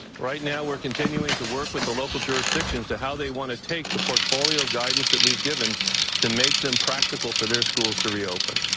right now we're continuing to work with the local jurisdictions to how they want to take the portfolio of guidance that we've given to make them practical for their schools to reopen.